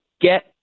get